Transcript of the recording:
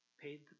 paid